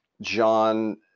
John